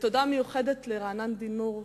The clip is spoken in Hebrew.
תודה מיוחדת לרענן דינור,